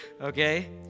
okay